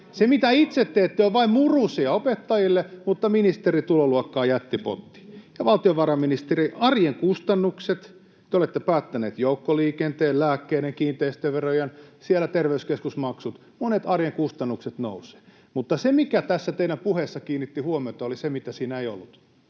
Se, mitä itse teette, on vain murusia opettajille, mutta ministerin tuloluokkaan jättipotti. Ja, valtiovarainministeri, arjen kustannukset. Te olette päättäneet joukkoliikenteen, lääkkeiden ja kiinteistöverojen nostosta, siellä terveyskeskusmaksut, monet arjen kustannukset nousevat. Mutta se, mikä tässä teidän puheessanne kiinnitti huomiota, oli se, mitä siinä ei ollut.